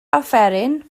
offeryn